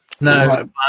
No